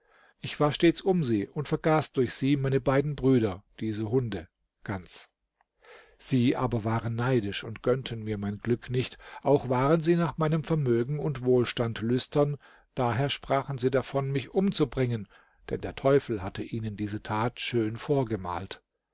ich war stets um sie und vergaß durch sie meine beiden brüder diese hunde ganz sie aber waren neidisch und gönnten mir mein glück nicht auch waren sie nach meinem vermögen und wohlstand lüstern daher sprachen sie davon mich umzubringen denn der teufel hatte ihnen diese tat schön vorgemalt